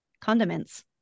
condiments